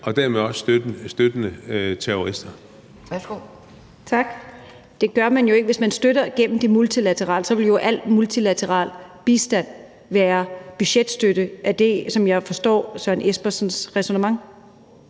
og dermed også støtte til terrorister.